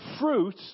fruit